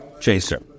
chaser